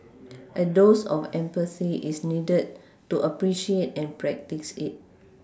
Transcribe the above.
a dose of empathy is needed to appreciate and practice it